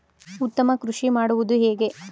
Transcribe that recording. ಉತ್ತಮ ಕೃಷಿ ಮಾಡುವುದು ಹೇಗೆ?